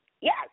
Yes